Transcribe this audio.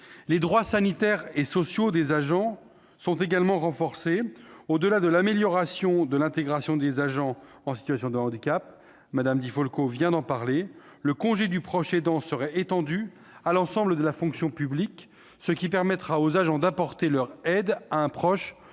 Les droits sanitaires et sociaux des agents ont été renforcés. Au-delà de l'amélioration de l'intégration des agents en situation de handicap, sujet abordé par Catherine Di Folco, le congé du proche aidant sera étendu à l'ensemble de la fonction publique, ce qui permettra aux agents d'apporter leur aide à un proche